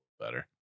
better